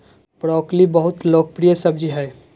broccoli बहुत लोकप्रिय सब्जी हइ